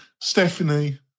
Stephanie